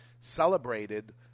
celebrated